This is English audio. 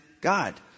God